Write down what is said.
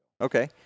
Okay